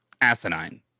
asinine